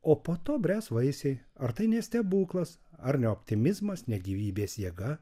o po to bręs vaisiai ar tai ne stebuklas ar ne optimizmas ne gyvybės jėga